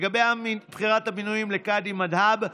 לגבי בחירת המינויים לקאדים מד'הב,